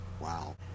Wow